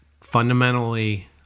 fundamentally